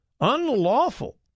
unlawful